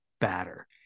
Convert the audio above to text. batter